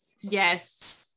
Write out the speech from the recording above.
Yes